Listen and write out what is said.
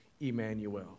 Emmanuel